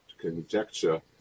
conjecture